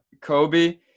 Kobe